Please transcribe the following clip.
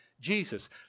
Jesus